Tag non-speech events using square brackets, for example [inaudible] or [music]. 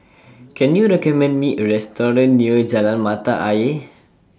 [noise] Can YOU recommend Me A Restaurant near Jalan Mata Ayer